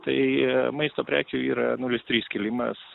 tai maisto prekių yra nulis trys kilimas